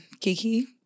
Kiki